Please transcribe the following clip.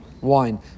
wine